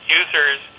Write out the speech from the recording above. users